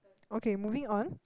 okay moving on